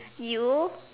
you